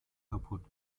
kapput